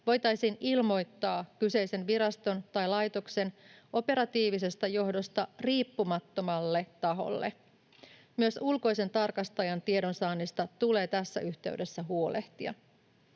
voitaisiin ilmoittaa kyseisen viraston tai laitoksen operatiivisesta johdosta riippumattomalle taholle. Myös ulkoisen tarkastajan tiedonsaannista tulee tässä yhteydessä huolehtia.